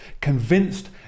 Convinced